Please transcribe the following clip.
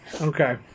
Okay